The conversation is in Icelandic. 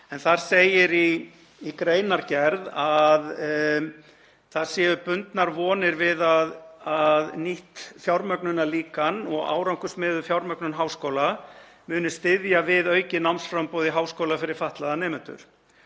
en þar segir í greinargerð að það séu bundnar vonir við að „nýtt fjármögnunarlíkan, árangursmiðuð fjármögnun háskóla, muni styðja við aukið námsframboð í háskóla fyrir fatlaða nemendur.